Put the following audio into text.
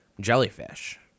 jellyfish